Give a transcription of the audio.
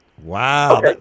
Wow